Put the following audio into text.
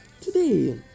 today